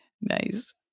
Nice